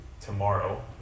Tomorrow